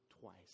twice